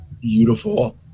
beautiful